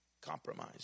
compromise